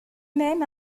même